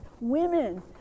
women